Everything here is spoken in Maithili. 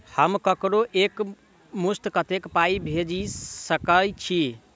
हम ककरो एक मुस्त कत्तेक पाई भेजि सकय छी?